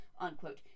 unquote